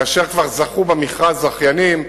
כאשר כבר זכו במכרז זכיינים,